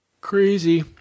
crazy